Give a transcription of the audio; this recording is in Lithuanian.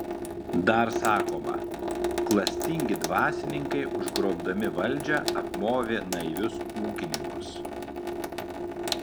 dar sakoma klastingi dvasininkai užgrobdami valdžią apmovė naivius ūkininkus